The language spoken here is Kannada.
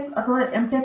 ಟೆಕ್ ಮತ್ತು ಎಮ್